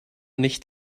nicht